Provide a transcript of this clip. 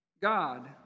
God